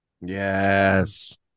yes